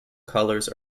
colors